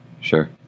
Sure